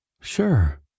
Sure